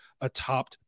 atop